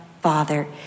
Father